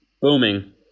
booming